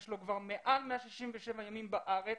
יש לו מעל 167 ימים בארץ